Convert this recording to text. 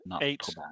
Eight